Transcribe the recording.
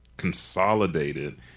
Consolidated